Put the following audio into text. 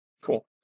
Cool